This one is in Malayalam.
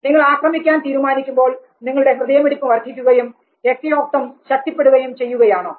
നിങ്ങൾ ആക്രമിക്കാൻ തീരുമാനിക്കുമ്പോൾ നിങ്ങളുടെ ഹൃദയമിടിപ്പ് വർധിക്കുകയും രക്തയോട്ടം ശക്തിപ്പെടുകയും ചെയ്യുകയാണോ